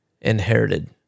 inherited